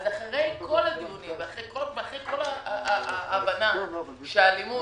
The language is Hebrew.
אז אחרי כל הדיונים ואחרי כל ההבנה שהאלימות